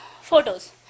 photos